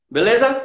Beleza